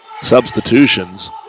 substitutions